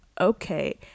okay